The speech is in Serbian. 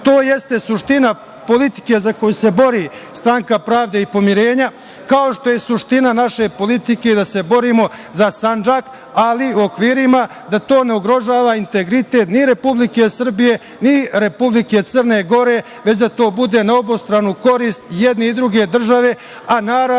jeste suština politike za koju se bori Stranka pravde i pomirenja, kao što je suština naše politike da se borimo za Sandžak, ali u okvirima da to ne ugrožava integritet ni Republike Srbije, ni Republike Crne Gore, već da to bude na obostranu korist i jedne i druge države, a naravno